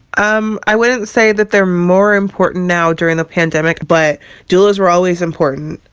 um i wouldn't say that they're more important now during the pandemic but doulas were always important.